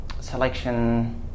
selection